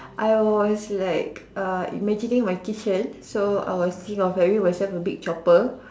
I was like err imagining my kitchen so I was thinking of having myself a big chopper